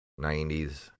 90s